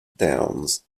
downs